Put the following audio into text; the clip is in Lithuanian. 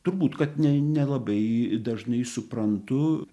turbūt kad ne nelabai dažnai suprantu